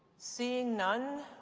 seeing none,